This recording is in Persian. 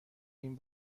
این